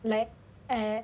like eh